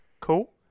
cool